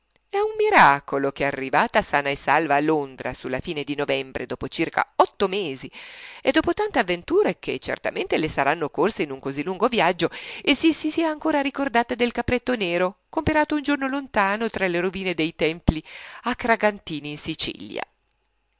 è miracolo che arrivata sana e salva a londra su la fine di novembre dopo circa otto mesi e dopo tante avventure che certamente le saranno occorse in un così lungo viaggio si sia ancora ricordata del capretto nero comperato un giorno lontano tra le rovine dei tempii akragantini in sicilia